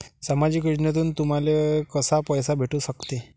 सामाजिक योजनेतून तुम्हाले कसा पैसा भेटू सकते?